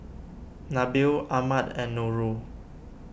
Nabil Ahmad and Nurul